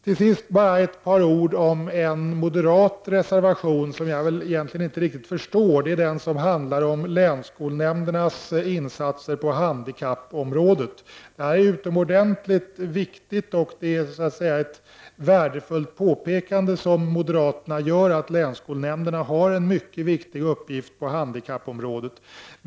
Till sist bara ett par ord om moderaternas reservation, som jag egentligen inte riktigt förstod. Reservationen handlar om länsskolnämndernas insatser på handikappområdet. Det här är en utomordentligt viktig sak. Det påpekande som moderaterna gör är värdefullt. Länsskolnämnderna har alltså en mycket viktig uppgift på handikappområdet.